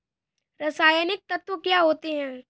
रसायनिक तत्व क्या होते हैं?